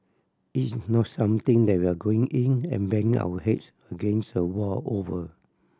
it's not something that we are going in and banging our heads against a wall over